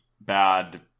bad